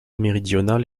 méridionale